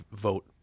vote